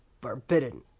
Forbidden